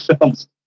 films